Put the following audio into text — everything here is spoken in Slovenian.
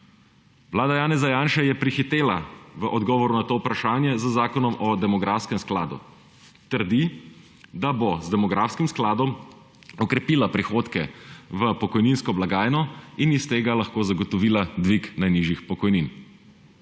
Vlada Janeza Janše je prehitela v odgovor na to vprašanje z zakonom o demografskem skladu. Trdi, da bo z demografskim skladom okrepila prihodke v pokojninsko blagajno in iz tega lahko zagotovila dvig najnižjih pokojnin.